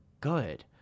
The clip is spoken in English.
good